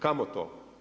Kamo to?